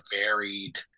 varied